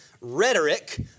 rhetoric